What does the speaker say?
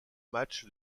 match